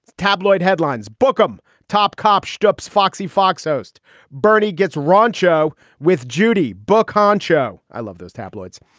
tabloid headlines, bookham top cop stops. foxy fox host bernie gets rancho with judy book honcho. i love those tabloids.